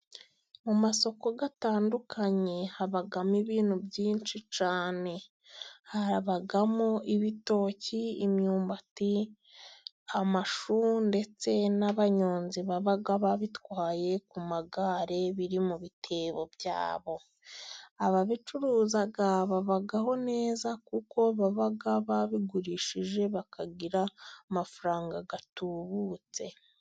Mu masoko atandukanye habamo ibintu byinshi cyane, habamo ibitoki, imyumbati, amashu ndetse n'abanyonzi baba babitwaye ku magare biri mu bitebo byabo, ababicuruza babaho neza kuko baba babigurishije, bakagira amafaranga atubutse.